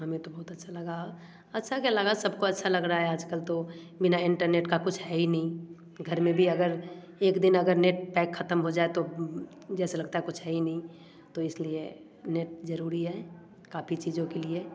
हमें तो बहुत अच्छा लगा अच्छा क्या लगा सबको अच्छा लग रहा है आजकल तो बिना इंटरनेट का कुछ है ही नहीं घर में भी अगर एक दिन अगर नेट पैक ख़त्म हो जाए तो जैसे लगता है कुछ है ही नहीं तो इसलिए नेट ज़रूरी है काफ़ी चीजों के लिए